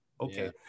Okay